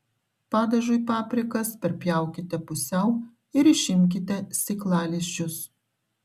padažui paprikas perpjaukite pusiau ir išimkite sėklalizdžius